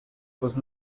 was